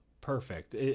perfect